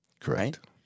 Correct